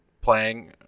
playing